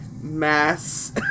mass